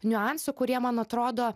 niuansų kurie man atrodo